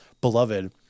beloved